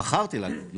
בחרתי להגיד.